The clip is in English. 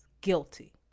guilty